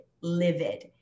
livid